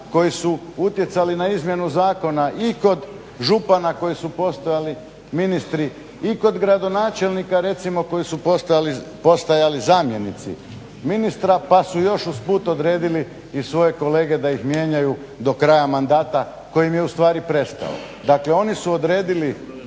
koji su utjecali na izmjenu zakona i kod župana koji su postajali ministri i kod gradonačelnika recimo koji su postajali zamjenici ministra pa su još usput odredili i svoje kolege da ih mijenjaju do kraja mandata koji im je ustvari prestao. Dakle, oni su odredili